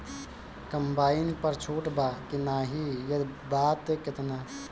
Combine पर छूट बा की नाहीं यदि बा त केतना?